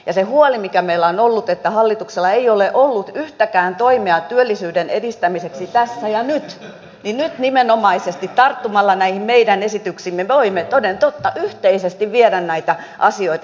se huoli mikä meillä on ollut on ollut se että hallituksella ei ole ollut yhtäkään toimea työllisyyden edistämiseksi tässä ja nyt ja nyt nimenomaisesti tarttumalla näihin meidän esityksiimme me voimme toden totta yhteisesti viedä näitä asioita eteenpäin